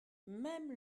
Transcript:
même